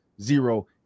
zero